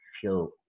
feel